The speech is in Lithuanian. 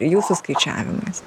jūsų skaičiavimais